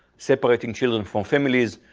separating children from families,